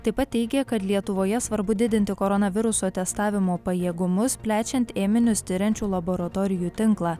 taip pat teigė kad lietuvoje svarbu didinti koronaviruso testavimo pajėgumus plečiant ėminius tiriančių laboratorijų tinklą